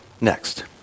next